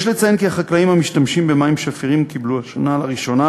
יש לציין כי החקלאים המשתמשים במים שפירים קיבלו השנה לראשונה